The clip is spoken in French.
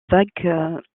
vague